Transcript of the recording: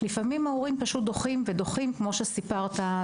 לפעמים הם פשוט דוחים ודוחים כמו שסיפרת,